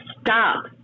stop